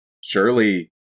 Surely